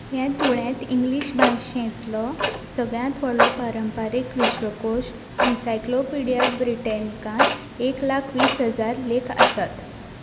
हे तुळेंत इंग्लीश भाशेंतलो सगळ्यांत व्हडलो पारंपारीक विश्वकोश एनसाइक्लोपीडिया ब्रिटॅनिकांत एक लाख वीस हजार लेख आसात